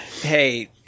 Hey